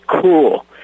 cool